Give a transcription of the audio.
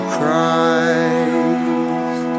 Christ